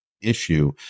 issue